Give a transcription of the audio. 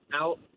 out